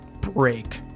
break